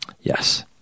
Yes